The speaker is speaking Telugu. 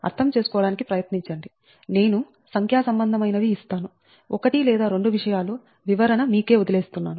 కానీ అర్థం చేసుకోవడానికి ప్రయత్నించండి నేను సంఖ్యా సంబంధమైనవి ఇస్తాను 1 లేదా 2 విషయాల వివరణ మీకే వదిలేస్తున్నాను